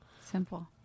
Simple